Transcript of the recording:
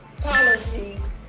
policies